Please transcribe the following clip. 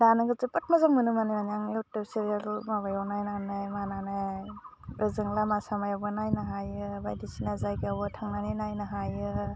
दानिखौ जोबोद मोजां मोनो माने आं इउटुब सिरियाल माबायाव नायनानै मानानै ओजों लामा सामायावबो नायनो हायो बायदिसिना जायगायावबो थांनानै नायनो हायो